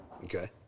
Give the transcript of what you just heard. Okay